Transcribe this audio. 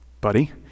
buddy